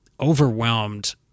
overwhelmed